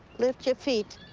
lift your feet.